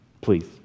Please